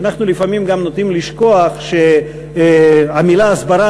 אנחנו לפעמים גם נוטים לשכוח שהמילה הסברה